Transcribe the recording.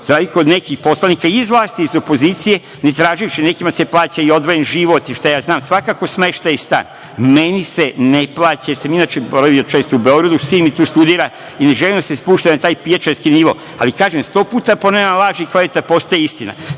razliku od nekih poslanika iz vlasti i iz opozicije, ne traživši sve, nekima se plaća i odvojen život i šta ja znam, svakako smeštaj i stan. Meni se ne plaća, jer sam inače boravio često u Beogradu, sin mi tu studira i ne želim da se spuštam na taj pijačarski nivo. Ali, kažem, sto puta je ponavljana laž i klevete postaju istina. Dakle,